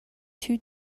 two